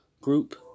group